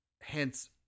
hence